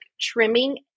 trimming